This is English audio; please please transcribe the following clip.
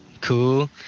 cool